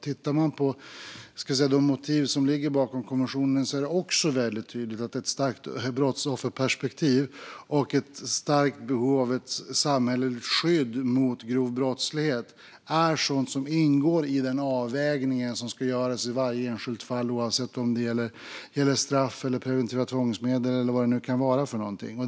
Tittar man på de motiv som ligger bakom konventionen ser man också väldigt tydligt ett starkt brottsofferperspektiv, och ett starkt behov av ett samhälleligt skydd mot grov brottslighet är sådant som ingår i den avvägning som ska göras i varje enskilt fall, oavsett om det gäller straff eller preventiva tvångsmedel eller vad det nu kan vara.